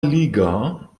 liga